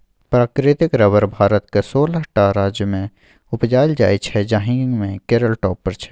प्राकृतिक रबर भारतक सोलह टा राज्यमे उपजाएल जाइ छै जाहि मे केरल टॉप पर छै